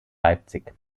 leipzig